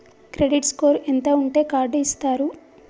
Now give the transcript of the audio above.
Credit score ఎంత ఉంటే card ఇస్తారు?